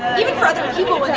even for other people